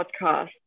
podcast